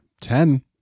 Ten